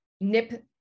nip